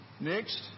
Next